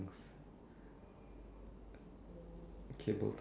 beneficial is one thing dangerous is another